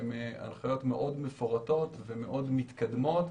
הן הנחיות מאוד מפורטות ומאוד מתקדמות.